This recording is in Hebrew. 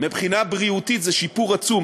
מבחינה בריאותית זה שיפור עצום.